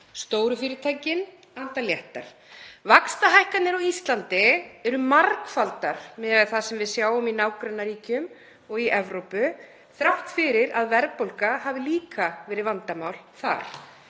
Stóru fyrirtækin anda léttar. Vaxtahækkanir á Íslandi eru margfaldar miðað við það sem við sjáum í nágrannaríkjum og í Evrópu þrátt fyrir að verðbólga hafi líka verið vandamál þar.